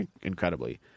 incredibly